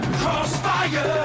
crossfire